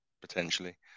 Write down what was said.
potentially